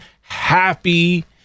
happy